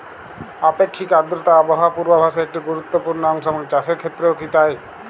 আপেক্ষিক আর্দ্রতা আবহাওয়া পূর্বভাসে একটি গুরুত্বপূর্ণ অংশ এবং চাষের ক্ষেত্রেও কি তাই?